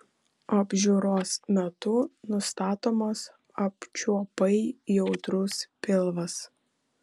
apžiūros metu nustatomas apčiuopai jautrus pilvas